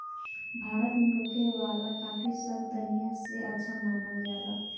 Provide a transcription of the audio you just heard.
भारत में होखे वाला काफी सब दनिया से अच्छा मानल जाला